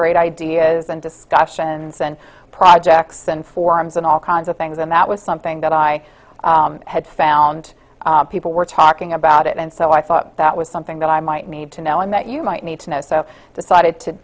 great ideas and discussions and projects and forums and all kinds of things and that was something that i had found people were talking about it and so i thought that was something that i might need to know and that you might need to know so i decided to